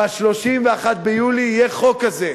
ב-31 ביולי יהיה חוק כזה.